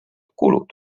kulud